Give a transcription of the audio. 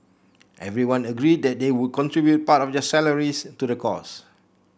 everyone agreed that they would contribute part of their salaries to the cause